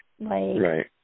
Right